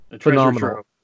Phenomenal